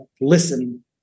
listen